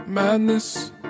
Madness